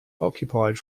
occupied